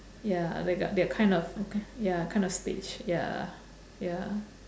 ya they got they're kind of ya kind of staged ya ya